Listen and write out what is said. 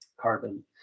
carbon